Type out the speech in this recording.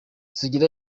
sugira